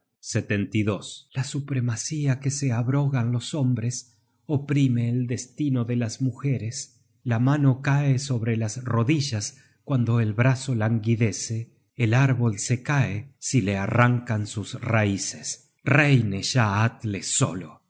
me ocasione alegría la supremacía que se abrogan los hombres oprime el destino de las mujeres la mano cae sobre las rodillas cuando el brazo languidece el árbol se cae si le arrancan sus raices reine ya atle solo